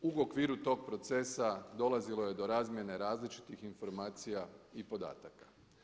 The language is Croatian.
U okviru tog procesa dolazilo je do razmjene različitih informacija i podataka.